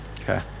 Okay